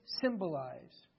symbolize